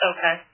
Okay